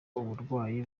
uburwayi